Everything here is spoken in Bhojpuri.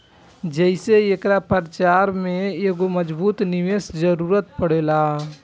जेइसे एकरा प्रचार में एगो मजबूत निवेस के जरुरत पड़ेला